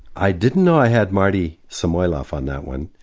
i didn't know i had marty samoilov on that one.